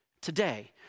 today